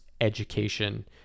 education